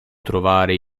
trovare